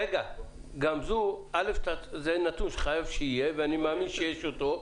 זה נתון שחייב שיהיה, ואני מאמין שיש אותו.